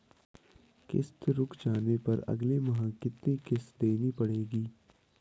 किश्त रुक जाने पर अगले माह कितनी किश्त देनी पड़ेगी?